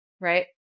right